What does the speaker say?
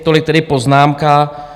Tolik tedy poznámka.